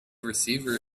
receiver